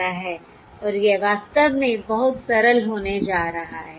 और यह वास्तव में बहुत सरल होने जा रहा है